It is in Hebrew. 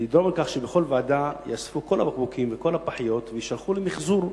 לדאוג לכך שבכל ועדה ייאספו כל הבקבוקים וכל הפחיות ויישלחו למיחזור.